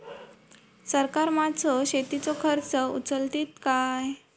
सरकार माझो शेतीचो खर्च उचलीत काय?